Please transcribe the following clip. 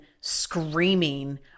screaming